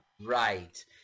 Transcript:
Right